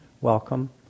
Welcome